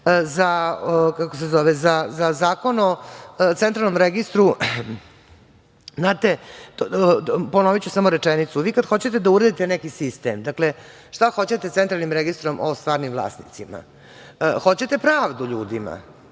Zakon o Centralnom registru, znate, ponoviću samo rečenicu, vi kada hoćete da uredite neki sistem, dakle, šta hoćete sa Centralnim registrom o stvarnim vlasnicima, hoćete pravdu ljudima,